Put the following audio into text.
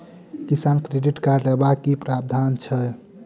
किसान credit card लेबाक की प्रावधान छै?